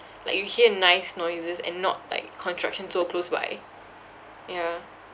like you hear nice noises and not like construction so close by yeah